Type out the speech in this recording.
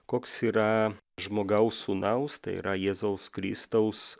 koks yra žmogaus sūnaus tai yra jėzaus kristaus